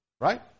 Right